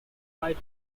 five